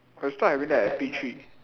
first time i went there at P three